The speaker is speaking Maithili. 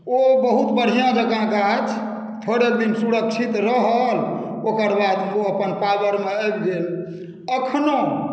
ओ बहुत बढ़िऑं जेकाँ गाछ थोड़े दिन सुरक्षित रहल ओकर बाद ओ अपन पॉवरमे आबि गेल अखनो